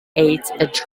ate